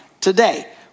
today